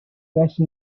marx